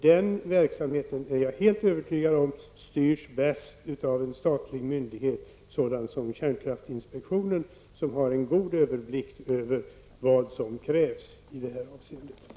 Den verksamheten är jag helt övertygad om styrs bäst av en statlig myndighet såsom kärnkraftsinspektionen, som har en god överblick över vad som krävs i det avseendet.